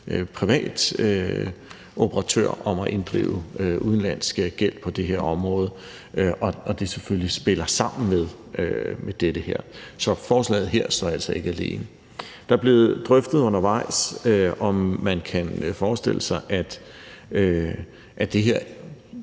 privat operatør om at inddrive udenlandsk gæld på det her område, og at det selvfølgelig spiller sammen med det her. Så forslaget her står altså ikke alene. Der er blevet drøftet undervejs, om man kan forestille sig, at det her